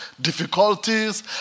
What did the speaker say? difficulties